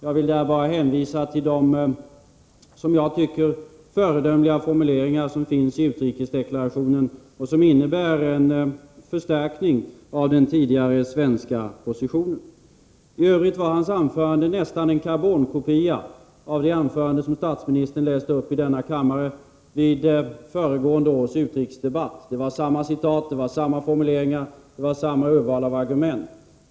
Jag vill där bara hänvisa till de som jag tycker föredömliga formuleringar som finns i utrikesdeklarationen, och som innebär en förstärkning av den tidigare svenska positionen. I övrigt var Bertil Måbrinks anförande nästan en karbonkopia av det anförande som statsministern läste upp i denna kammare vid föregående års utrikesdebatt. Det var samma citat, samma formuleringar och samma urval av argument.